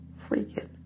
freaking